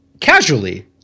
casually